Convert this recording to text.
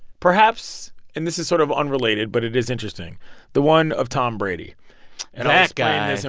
perhaps and this is sort of unrelated, but it is interesting the one of tom brady. and. that guy. so